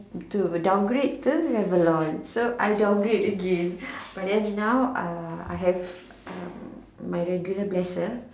to downgrade to Revlon so I downgrade again but then now uh I have uh my regular blesser